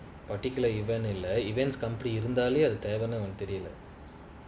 particular event இல்ல:illa events company இருந்தாலும்அதுதேவைன்னுஉனக்குதெரியல:irunthalum adhu unaku thevanu unaku theriala